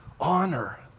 honor